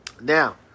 Now